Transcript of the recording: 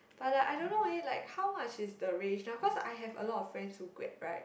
but I don't know eh like how much is the range now cause I have a lot of friends who grad right